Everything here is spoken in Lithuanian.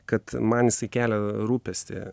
kad man jisai kelia rūpestį